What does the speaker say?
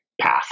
path